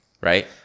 right